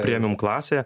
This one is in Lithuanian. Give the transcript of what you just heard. premium klasė